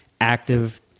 active